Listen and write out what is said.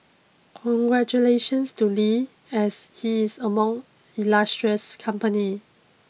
congratulations to Lee as he is among illustrious company